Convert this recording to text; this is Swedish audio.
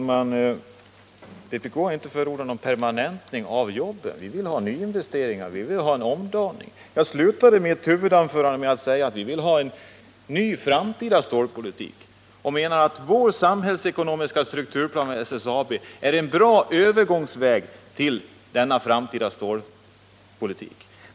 Herr talman! Vpk har inte förordat någon permanentning av jobben. Vi vill ha nyinvesteringar, och vi vill ha en omdaning. Jag slutade mitt huvudanförande med att säga att vi vill ha en ny framtida stålpolitik, och vi menar att man med vår samhällsekonomiska strukturplan när det gäller SSAB skulle få en bra väg för övergången till denna framtida stålpolitik.